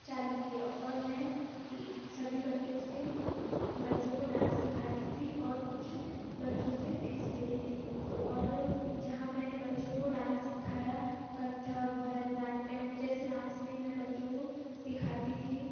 चालू किया और मैं सभी बच्चों से बच्चों को डांस सिखाती थी और कुछ बच्चों से फीस लेती थी और जहाँ मैंने बच्चों को डांस सिखाया कत्थक भरतनाट्यम जैसे डांस भी मैं बच्चों को सिखाती थी